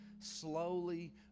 slowly